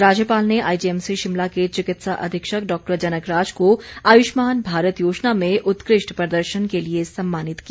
राज्यपाल ने आईजीएमसी शिमला के चिकित्सा अधीक्षक डॉ जनकराज को आयुष्मान भारत योजना में उत्कृष्ट प्रदर्शन के लिए सम्मानित किया